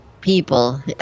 people